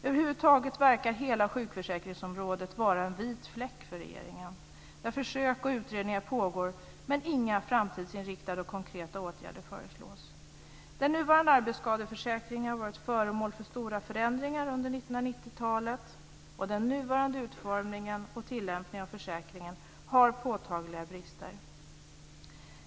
Över huvud taget verkar hela sjukförsäkringsområdet vara en vit fläck för regeringen, där försök och utredningar pågår men inga framtidsinriktade och konkreta åtgärder föreslås. Den nuvarande arbetsskadeförsäkringen har varit föremål för stora förändringar under 1990-talet. Den nuvarande utformningen och tillämpningen av försäkringen har påtagliga brister.